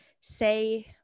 say